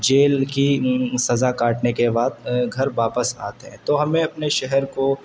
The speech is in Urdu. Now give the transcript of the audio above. جیل کی سزا کاٹنے کے بعد گھر واپس آتے ہیں تو ہمیں اپنے شہر کو